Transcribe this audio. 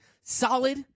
solid